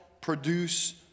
produce